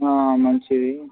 మంచిది